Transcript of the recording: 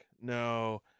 no